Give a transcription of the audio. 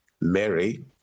mary